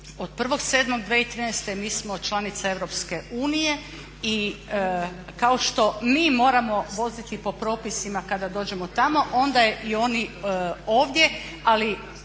od 1. 7. 2013. mi smo članica Europske unije i kao što mi moramo voziti po propisima kada dođemo tamo onda i oni ovdje. Ali